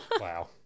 Wow